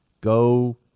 Go